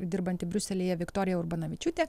dirbantį briuselyje viktorija urbonavičiūtė